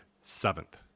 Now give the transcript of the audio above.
seventh